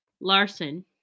Larson